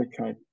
Okay